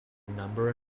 number